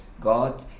God